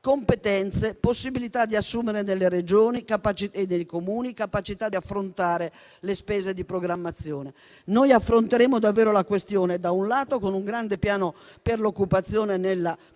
competenze, possibilità di assumere nelle Regioni e nei Comuni, capacità di affrontare le spese di programmazione. Noi affronteremo davvero la questione, da un lato con un grande piano per l'occupazione nella pubblica